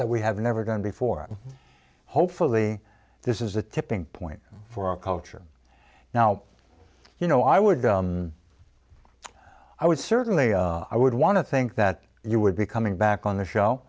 that we have never done before hopefully this is the tipping point for our culture now you know i would i would certainly i would want to think that you would be coming back on the show